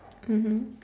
mmhmm